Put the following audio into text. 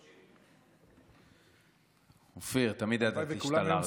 30. אופיר, תמיד ידעתי שאתה לארג'.